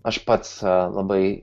aš pats labai